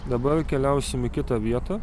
dabar keliausim į kitą vietą